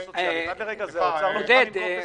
עד לרגע זה, האוצר לא מוכן לנקוב בסכום.